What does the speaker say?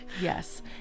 Yes